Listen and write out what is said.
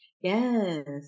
Yes